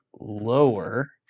lower